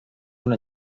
una